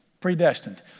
predestined